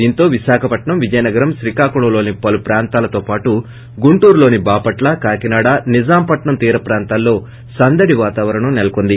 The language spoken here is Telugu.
దీంతో విశాఖపట్పం విజయనగరం శ్రీకాకుళం లోని పలు ప్రాంతాలతో పాటు గుంటూరు లోని బాపట్ల కాకినాడ నిజాంపట్నం తీరప్రాంతాల్లో సందడి వాతావరణం సెలకొంది